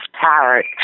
parrot